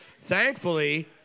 Thankfully